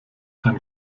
ein